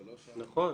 נכון.